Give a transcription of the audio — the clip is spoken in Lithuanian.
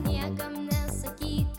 niekam nesakyt